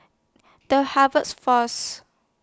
The Harvest Force